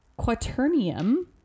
Quaternium